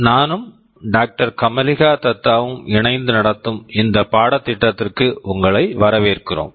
நானும் doctor Kamalika Datta kamalika datta வும் இணைந்து நடத்தும் இந்த பாடத்திட்டத்திற்கு உங்களை வரவேற்கிறோம்